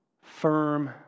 firm